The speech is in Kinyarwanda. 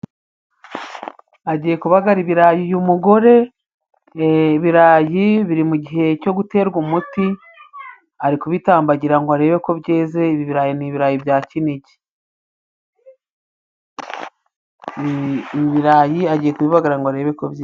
Agiye kubagara ibirayi uyu mugore, ibirayi biri mu gihe cyo guterwa umuti. Ari kubitambagira ngo arebe ko byeze, ibi birayi ni ibirayi bya Kinigi. Ibi birayi agiye kubibagara ngo arebe ko bye.